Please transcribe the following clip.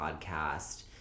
podcast